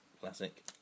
Classic